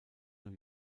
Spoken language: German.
new